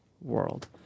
world